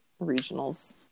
Regionals